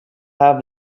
have